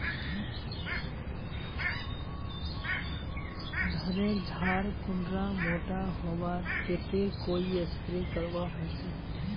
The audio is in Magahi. धानेर झार कुंडा मोटा होबार केते कोई स्प्रे करवा होचए?